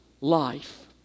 life